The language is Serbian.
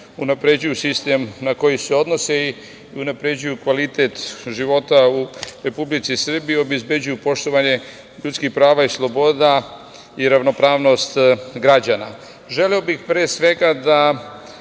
unapređuju sistem na koji se odnose i unapređuju kvalitet života u Republici Srbiji, obezbeđuju poštovanje ljudskih prava i sloboda i ravnopravnost građana. Želeo bih pre svega da